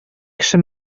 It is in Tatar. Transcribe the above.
кеше